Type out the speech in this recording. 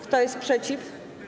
Kto jest przeciw?